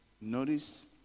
Notice